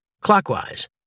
Clockwise